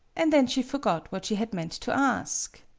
and then she forgot what she had meant to ask!